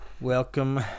Welcome